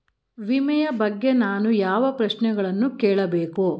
ವಿಮೆಯ ಬಗ್ಗೆ ನಾನು ಯಾವ ಪ್ರಶ್ನೆಗಳನ್ನು ಕೇಳಬೇಕು?